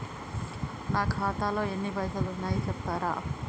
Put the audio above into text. నా ఖాతాలో ఎన్ని పైసలు ఉన్నాయి చెప్తరా?